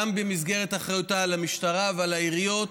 גם במסגרת אחריותה על המשטרה ועל העיריות,